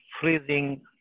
freezing